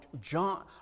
John